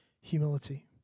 humility